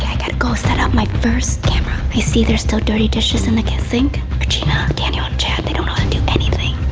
i got to go set up my first camera. i see there's still dirty dishes in the sink. regina, daniel and chad, they don't know how to do anything.